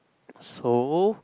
so